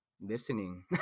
listening